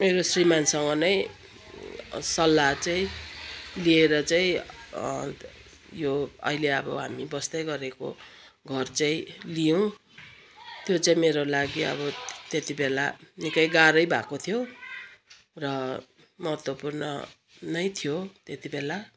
मेरो श्रीमानसँग नै सल्लाह चाहिँ लिएर चाहिँ यो अहिले अब हामी बस्दै गरेको घर चाहिँ लियौँ त्यो चाहिँ मेरो लागि अब त्यती बेला निकै गाह्रै भएको थियो र महत्त्वपूर्ण नै थियो त्यति बेला